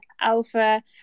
Alpha